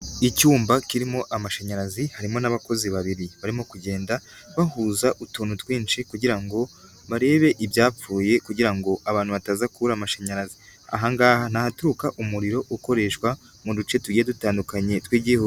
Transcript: Icyumba kirimo amashanyarazi harimo n'abakozi babiri barimo kugenda bahuza utuntu twinshi, kugira ngo barebe ibyapfuye kugira ngo abantu bataza kubura amashanyarazi. Aha ngaha ni ahaturuka umuriro ukoreshwa mu duce tugiye dutandukanye tw'igihugu.